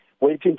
waiting